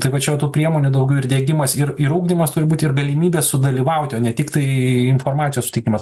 tai va čia jau tų priemonių daugiau ir diegimas ir ir ugdymas turi būti ir galimybė sudalyvauti o ne tik tai informacijos suteikimas